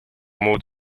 muud